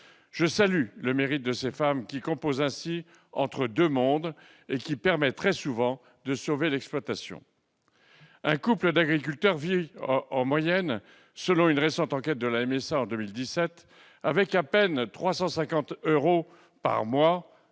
Je salue le mérite de ces femmes qui composent ainsi entre deux mondes, permettant très souvent de sauver l'exploitation. Un couple d'agriculteurs vit en moyenne, selon une récente enquête de la MSA effectuée en 2017, avec à peine 354 euros par mois.